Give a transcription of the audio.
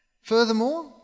Furthermore